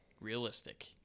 Realistic